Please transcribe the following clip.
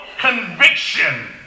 conviction